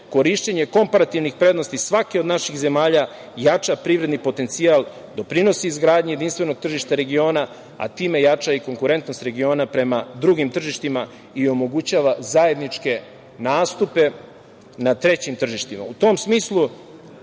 Korišćenje komparativnih prednosti svake od naših zemalja jača privredni potencijal, doprinosi izgradnji jedinstvenog tržišta regiona, a time jača i konkurentnost regiona prema drugim tržištima i omogućava zajedničke nastupe na trećim tržištima.U